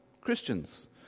Christians